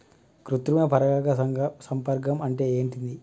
కృత్రిమ పరాగ సంపర్కం అంటే ఏంది?